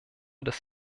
des